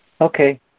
Okay